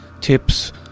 tips